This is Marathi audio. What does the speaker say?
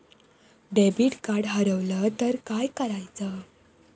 डेबिट कार्ड हरवल तर काय करायच?